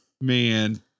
man